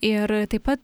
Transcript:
ir taip pat